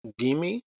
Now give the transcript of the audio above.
Gimi